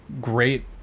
great